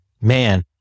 Man